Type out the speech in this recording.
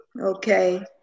Okay